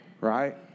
Right